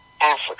Africa